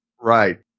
Right